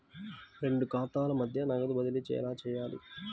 రెండు ఖాతాల మధ్య నగదు బదిలీ ఎలా చేయాలి?